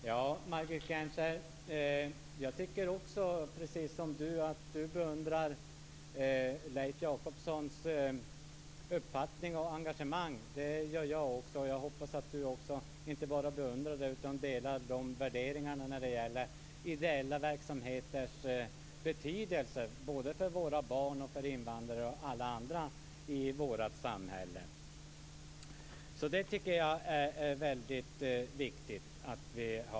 Fru talman! Jag tycker precis som Margit Gennser. Hon beundrar Leif Jakobssons uppfattning och engagemang, och det gör jag också. Jag hoppas att Margit Gennser inte bara beundrar detta, utan också delar värderingarna när det gäller ideella verksamheters betydelse både för våra barn, för invandrare och för alla andra i vårt samhälle. Det tycker jag är väldigt viktigt.